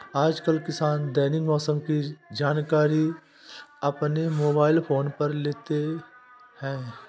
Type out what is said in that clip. आजकल किसान दैनिक मौसम की जानकारी अपने मोबाइल फोन पर ले लेते हैं